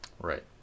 Right